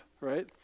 right